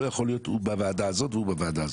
לא יכול להיות שהוא בוועדה הזאת והוא בוועדה אחרת.